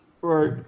right